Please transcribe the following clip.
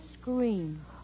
scream